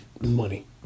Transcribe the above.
money